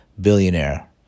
billionaire